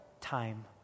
time